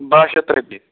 باہ شَتھ رۄپیہِ